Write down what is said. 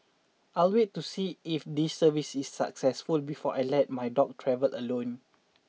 I'll wait to see if this service is successful before I let my dog travel alone